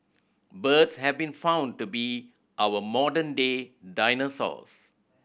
birds have been found to be our modern day dinosaurs